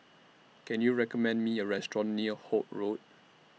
Can YOU recommend Me A Restaurant near Holt Road